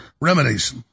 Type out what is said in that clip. remedies